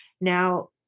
Now